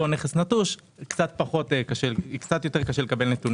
נכס נטוש קצת יותר קשה לקבל נתונים.